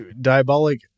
Diabolic